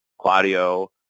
Claudio